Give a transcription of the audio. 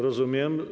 Rozumiem.